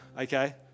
okay